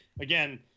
again